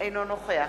אינו נוכח